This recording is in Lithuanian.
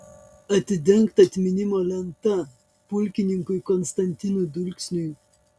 atidengta atminimo lenta pulkininkui konstantinui dulksniui